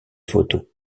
photo